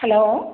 hello